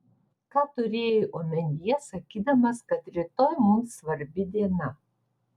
ką turėjai omenyje sakydamas kad rytoj mums svarbi diena